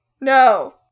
no